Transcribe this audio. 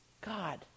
God